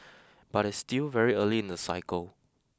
but it's still very early in the cycle